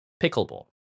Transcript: pickleball